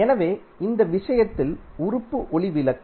எனவே இந்த விஷயத்தில் உறுப்பு ஒளி விளக்கு